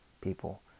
people